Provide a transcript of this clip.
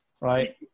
right